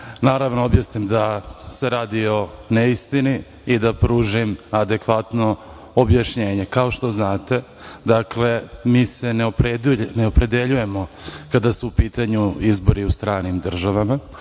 naravno objasnim da se radi o neistini i da pružim adekvatno objašnjenje. Kao što znate, dakle, mi se ne opredeljujemo kada su u pitanju izbori u stranim državama,